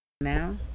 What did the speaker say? now